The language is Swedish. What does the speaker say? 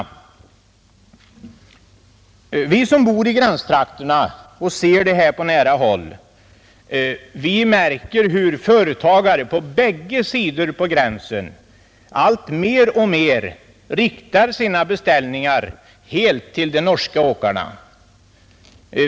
Vi som bor i gränstrakterna och ser det här på nära håll märker hur företagare på bägge sidor om gränsen mer och mer gör sina beställningar helt hos de norska åkarna.